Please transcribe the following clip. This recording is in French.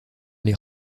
les